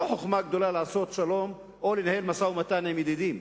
לא חוכמה גדולה לעשות שלום או לנהל משא-ומתן עם ידידים.